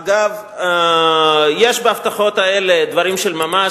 אגב, יש בהבטחות האלה דברים של ממש.